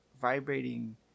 vibrating